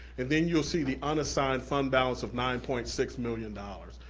and then you'll see the unassigned fund balance of nine point six million dollars.